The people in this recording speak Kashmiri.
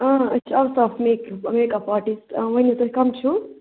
أسۍ چھِ Aftab makeup makeup artist ؤنیُو تُہۍ کم چھُو